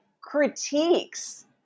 critiques